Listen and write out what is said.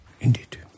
Indeed